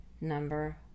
Number